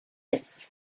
its